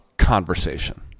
Conversation